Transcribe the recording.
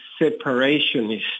separationist